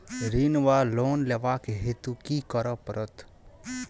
ऋण वा लोन लेबाक हेतु की करऽ पड़त?